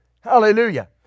Hallelujah